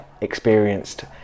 experienced